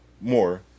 more